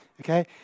okay